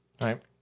right